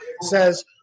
says